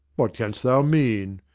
what canst thou mean?